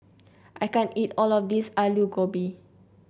I can't eat all of this Alu Gobi